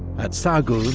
at sahagun,